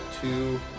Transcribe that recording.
two